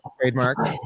trademark